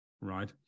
right